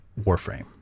warframe